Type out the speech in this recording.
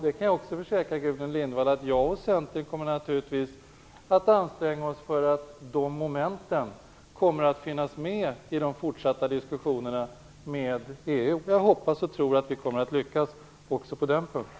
Jag kan också försäkra Gudrun Lindvall att jag och Centern naturligtvis kommer att anstränga oss för att de momenten skall finnas med i de fortsatta diskussionerna med EU. Jag hoppas och tror att vi kommer att lyckas också på den punkten.